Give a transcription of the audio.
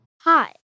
Hi